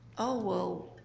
oh, well.